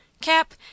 Cap